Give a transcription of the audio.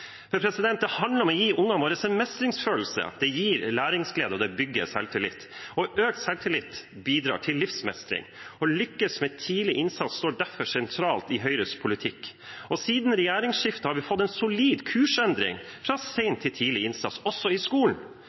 Det handler om å gi ungene våre en mestringsfølelse. Det gir læringsglede, og det bygger selvtillit. Økt selvtillit bidrar til livsmestring. Å lykkes med tidlig innsats står derfor sentralt i Høyres politikk. Siden regjeringsskiftet har vi fått en solid kursendring fra sen til tidlig innsats, også i skolen.